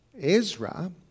Ezra